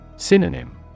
Synonym